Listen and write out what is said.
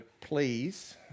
please